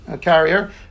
carrier